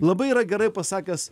labai yra gerai pasakęs